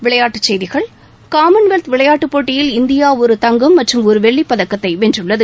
விளையாட்டுச் செய்திகள் காமன்வெல்த் விளையாட்டு போட்டியில் இந்தியா ஒரு தங்கம் மற்றும் ஒரு வெள்ளிப்பதக்கத்தை வென்றுள்ளது